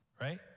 Right